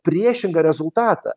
priešingą rezultatą